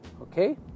okay